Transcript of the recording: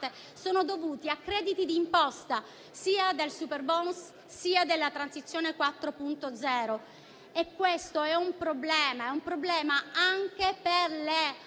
è relativa a crediti di imposta sia del superbonus sia della Transizione 4.0 e questo è un problema anche per le